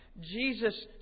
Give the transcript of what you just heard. Jesus